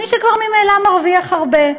מי שכבר ממילא מרוויח הרבה.